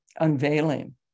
unveiling